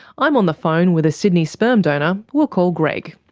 i'm on the phone with a sydney sperm donor we'll call greg.